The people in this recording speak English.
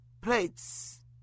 plates